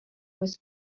was